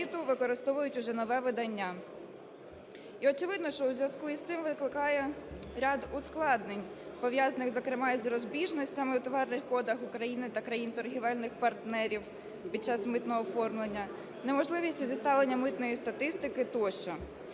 використовують вже нове видання. І очевидно, що у зв'язку з цим виникає ряд ускладнень, пов'язаних, зокрема, із розбіжностями в товарних кодах України та країн торгівельних партнерів під час митного оформлення, неможливістю зіставлення митної статистики тощо.